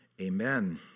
amen